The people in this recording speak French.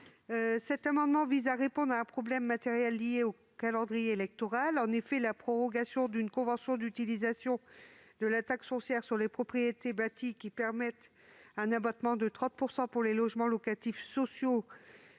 Cet amendement vise à répondre à un problème matériel lié au calendrier électoral. En effet, la prorogation d'une convention d'utilisation de la TFPB, permettant un abattement de 3 % pour les logements locatifs sociaux